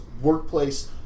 workplace